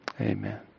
Amen